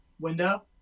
window